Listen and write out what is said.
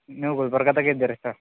ನೀವ್ ಗುಲ್ಬರ್ಗದಾಗೆ ಇದ್ದೀರ್ ಸರ್